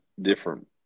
different